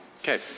Okay